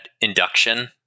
induction